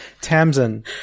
Tamsin